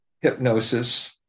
hypnosis